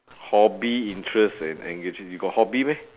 hobby interests and engaging you got hobby meh